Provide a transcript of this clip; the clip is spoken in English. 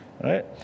right